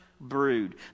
brood